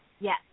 Yes